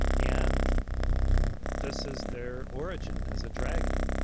and this is their origin, as a dragon.